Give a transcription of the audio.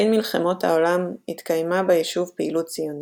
בין מלחמות העולם התקיימה ביישוב פעילות ציונית,